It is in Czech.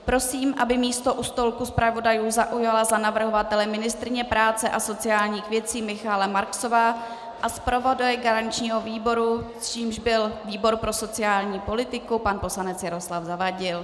Prosím, aby místo u stolku zpravodajů zaujala za navrhovatele ministryně práce a sociálních věcí Michaela Marksová a zpravodaj garančního výboru, kterým byl výbor pro sociální politiku, pan poslanec Jaroslav Zavadil.